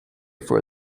for